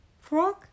Frog